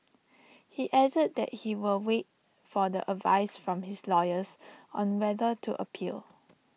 he added that he will wait for the advice from his lawyers on whether to appeal